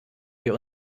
wir